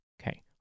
Okay